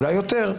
אולי יותר,